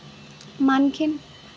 मग आनखीन